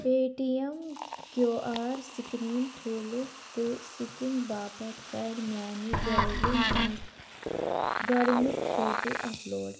پے T M Q R screen کھوٗلِتھ تہٕ سِکِنٛگ باپتھ کَر میٛانہِ گیلری منٛز گۄڈٕنیُک فوٹوٗ اَپ لوڈ